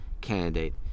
candidate